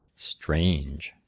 strange!